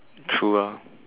true ah